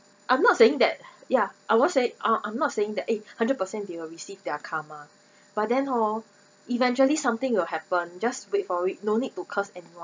I'm not saying that ya I'm not uh I'm not saying that eh hundred percent they will receive their karma but then hor eventually something will happen just wait for it no need to curse anyone